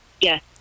Yes